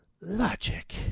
logic